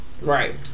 Right